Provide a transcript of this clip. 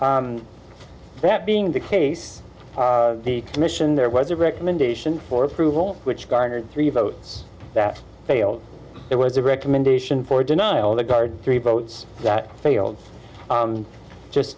area that being the case the commission there was a recommendation for approval which garnered three votes that failed there was a recommendation for a denial of the guard three boats that failed just